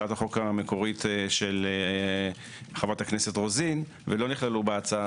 על כל שקיות שעוביין מעבר ל-50 מיקרון.